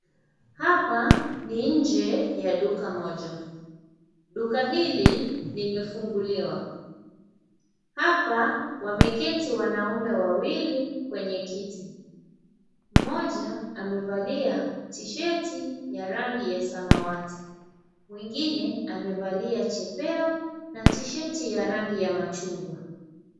Hapa ni nje ya duka moja, duka hili limefunguliwa, hapa wameketi waume wawili kwenye kiti, mmoja amevalia tishati ya rangi ya samawati na mwingine na tishati ya rangi ya machungwa.